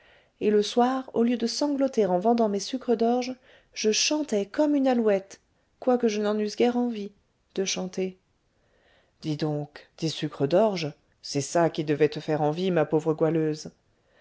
et le soir au lieu de sangloter en vendant mes sucres d'orge je chantais comme une alouette quoique je n'en eusse guère envie de chanter dis donc des sucres d'orge c'est ça qui devait te faire envie ma pauvre goualeuse